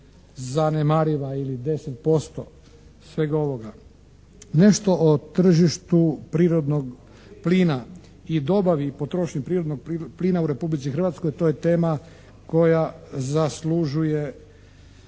Nešto o tržištu prirodnog plina i dobavi i potrošnji prirodnog plina u Republici Hrvatskoj, to je tema koja zaslužuje pažnju.